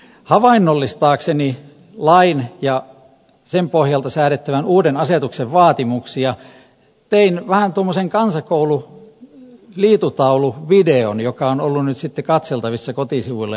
havainnollistaakseni lain ja sen pohjalta säädettävän uuden asetuksen vaatimuksia tein vähän tuommoisen kansakoulu liitutauluvideon joka on ollut nyt sitten katseltavissa kotisivuilla ja netissä